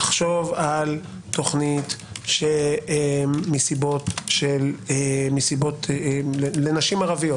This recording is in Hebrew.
תחשוב על תוכנית שמסיבות - לנשים ערביות.